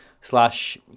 slash